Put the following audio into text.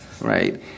Right